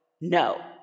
no